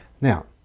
now